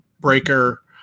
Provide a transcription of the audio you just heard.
Breaker